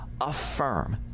affirm